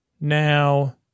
Now